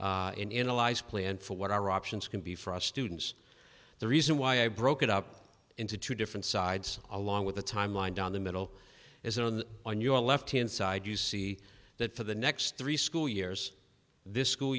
d in ally's plan for what our options can be for a student's the reason why i broke it up into two different sides along with the timeline down the middle is on the on your left hand side you see that for the next three school years this school